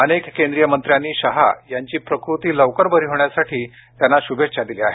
अनेक केंद्रीय मंत्र्यांनी शहा यांची प्रकृती लवकर बरी होण्यासाठी त्यांना शुभेच्छा दिल्या आहेत